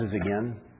again